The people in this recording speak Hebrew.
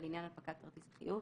לעניין הנפקת כרטיס החיוב,